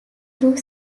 through